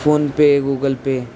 PhonePe Google Pay